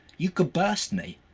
you could burst me.